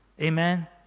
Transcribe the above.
Amen